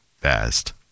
fast